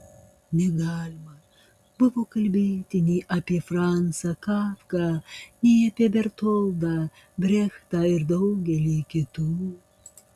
negalima buvo kalbėti nei apie franzą kafką nei apie bertoldą brechtą ir daugelį kitų